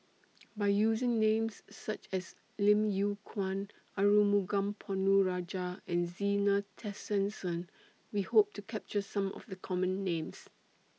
By using Names such as Lim Yew Kuan Arumugam Ponnu Rajah and Zena Tessensohn We Hope to capture Some of The Common Names